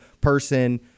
person